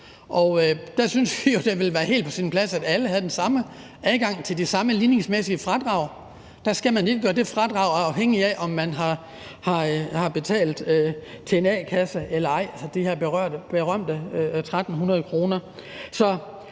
Der synes vi jo, at det ville være helt på sin plads, at alle havde den samme adgang til de samme ligningsmæssige fradrag. Der skal man ikke gøre det fradrag afhængigt af, om man har betalt de her berømte 1.300 kr.